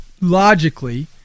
logically